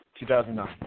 2009